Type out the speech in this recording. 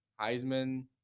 heisman